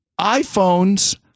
iphones